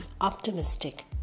optimistic